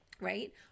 right